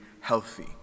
healthy